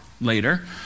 later